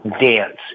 dance